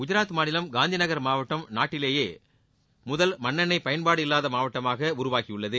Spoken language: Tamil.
குஜராத் மாநிலம் காந்திநகர் மாவட்டம் நாட்டிலேயே முதல் மண்ணெண்ணை பயன்பாடு இல்லாத மாவட்டமாக உருவாகியுள்ளது